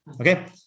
okay